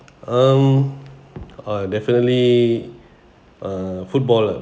um uh definitely a footballer